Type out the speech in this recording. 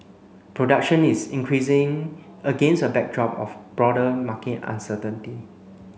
production is increasing against a backdrop of broader market uncertainty